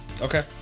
Okay